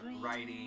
Writing